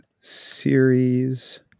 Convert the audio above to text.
series